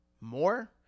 more